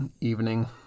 evening